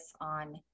on